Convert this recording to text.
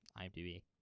IMDb